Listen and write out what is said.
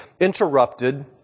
interrupted